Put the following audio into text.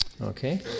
Okay